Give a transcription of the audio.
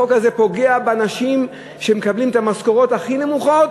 החוק הזה פוגע באנשים שמקבלים את המשכורות הכי נמוכות